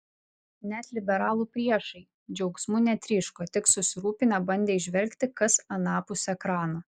net liberalų priešai džiaugsmu netryško tik susirūpinę bandė įžvelgti kas anapus ekrano